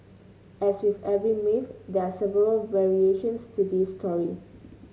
as with every myth there are several variations to this story